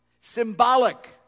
Symbolic